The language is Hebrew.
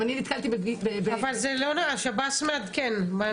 אבל השב"ס מעדכן.